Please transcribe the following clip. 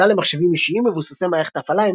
התוכנה יועדה למחשבים אישיים מבוססי מערכת ההפעלה